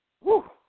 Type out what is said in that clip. Woo